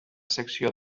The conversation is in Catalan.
secció